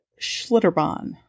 Schlitterbahn